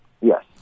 Yes